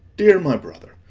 dear my brother,